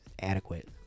adequate